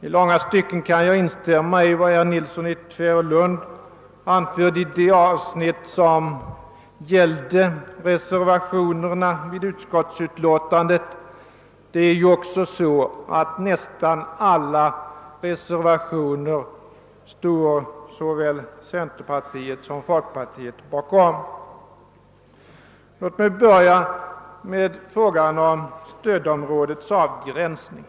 I långa stycken kan jag instämma i vad herr Nilsson i Tvärålund anförde i det avsnitt som gällde reservationerna vid utlåtandet; det är ju också så att bakom nästan alla reservationer står såväl centerpartiet som folkpartiet. Låt mig börja med frågan om stödområdets avgränsning.